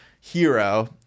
hero